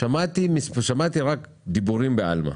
שמעתי רק דיבורים בעלמא.